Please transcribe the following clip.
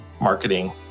marketing